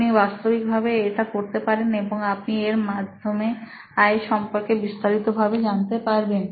আপনি বাস্তবিকভাবে এটা করতে পারেন এবং আপনি এর মাধ্যমে আয়ের সম্পর্কে বিস্তারিত ভাবে জানতে পারবেন